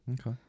Okay